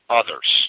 others